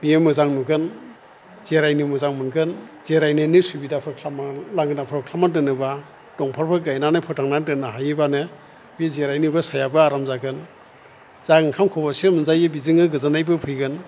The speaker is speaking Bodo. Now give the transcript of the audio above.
बियो मोजां नुगोन जिरायनो मोजां मोनगोन जिरायनोनो सुबिदाफोर खालामना लांगोनाफ्राव खालामना दोनोबा दंफारफोर गायनानै फोथांनानै दोननो हायोबानो बि जिरायनोबो सायाबो आराम जागोन जा ओंखाम खबसे मोनजायो बेजोंनो गोजोननायबो फैगोन